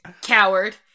Coward